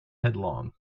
headlong